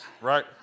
right